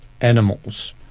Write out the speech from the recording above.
animals